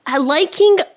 Liking